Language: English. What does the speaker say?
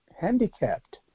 handicapped